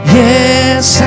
yes